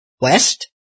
West